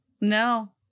No